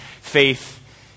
faith